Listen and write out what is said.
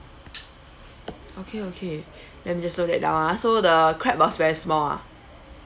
okay okay let me just note that down ah so the crab was very small ah